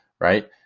right